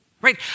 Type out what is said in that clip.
right